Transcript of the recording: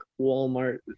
walmart